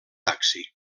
taxi